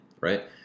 right